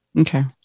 Okay